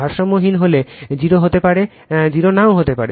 ভারসাম্যহীন হলে 0 হতে পারে 0 নাও হতে পারে